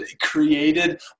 created